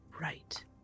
Right